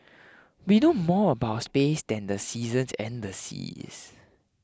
we know more about space than the seasons and the seas